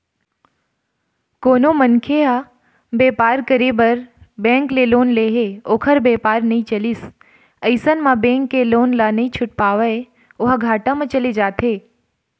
कोनो मनखे ह बेपार करे बर बेंक ले लोन ले हे ओखर बेपार नइ चलिस अइसन म बेंक के लोन ल नइ छूट पावय ओहा घाटा म चले जाथे